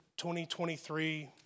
2023